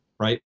Right